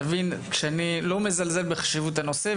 חשוב לי להגיד לך כדי שתבין שאני לא מזלזל בחשיבות הנושא,